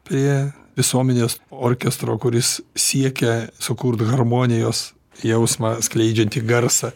prie visuomenės orkestro kuris siekia sukurt harmonijos jausmą skleidžianti garsą